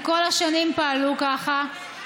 כי כל השנים פעלו ככה,